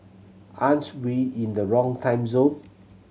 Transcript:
aren't we in the wrong time zone